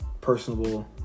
personable